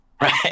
Right